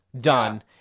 done